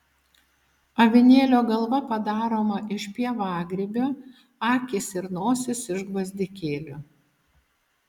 avinėlio galva padaroma iš pievagrybio akys ir nosis iš gvazdikėlių